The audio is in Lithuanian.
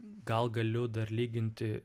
gal galiu dar lyginti